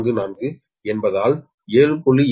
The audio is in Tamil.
744 என்பது 7